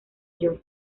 york